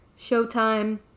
Showtime